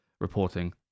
reporting